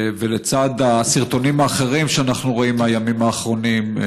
ולצד הסרטונים האחרים שאנחנו רואים מהימים האחרונים,